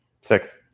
Six